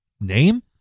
Name